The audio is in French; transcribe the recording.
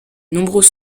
nombreux